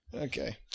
Okay